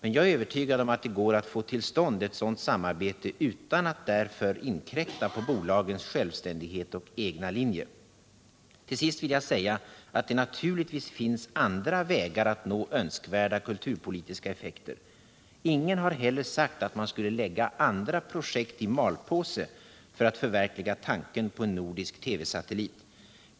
Men jag är övertygad om att det går att få till stånd ett sådant samarbete utan att därför inkräkta på bolagens självständighet och egna linjer. Till sist vill jag säga att det naturligtvis finns andra vägar att nå önskvärda kulturpolitiska effekter. Ingen har heller sagt att man skulle lägga andra projekt i malpåse för att förverkliga tanken på en nordisk TV-satellit.